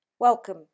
Welcome